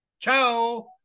Ciao